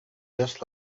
just